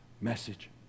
message